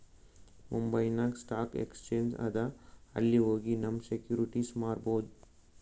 ಮುಂಬೈನಾಗ್ stock exchange ಅದಾ ಅಲ್ಲಿ ಹೋಗಿ ನಮ್ ಸೆಕ್ಯೂರಿಟಿಸ್ ಮಾರ್ಬೊದ್